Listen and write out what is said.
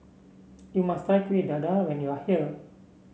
you must try Kueh Dadar when you are here